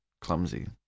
clumsy